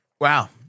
Wow